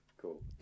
Cool